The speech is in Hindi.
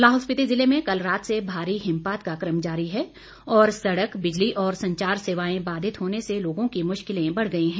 लाहौल स्पीति जिले में कल रात से भारी हिमपात का क्रम जारी है और सड़क बिजली और संचार सेवाएं बाधित होने से लोगों की मुश्किलें बढ़ गई हैं